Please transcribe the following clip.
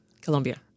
Colombia